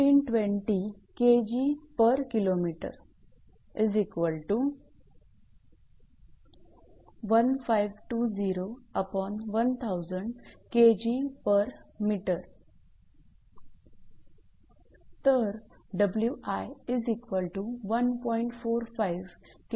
vertical load म्हणजे equation 74